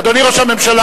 אדוני ראש הממשלה.